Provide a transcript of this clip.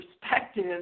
perspective